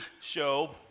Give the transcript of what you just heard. show